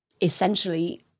essentially